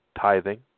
tithing